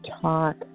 talk